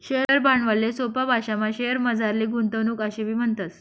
share भांडवलले सोपा भाशामा शेअरमझारली गुंतवणूक आशेबी म्हणतस